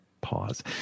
pause